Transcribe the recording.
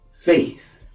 faith